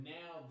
now